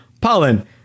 pollen